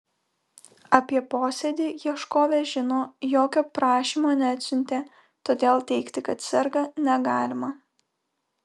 apie posėdį ieškovė žino jokio prašymo neatsiuntė todėl teigti kad serga negalima